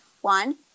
one